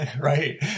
right